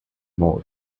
more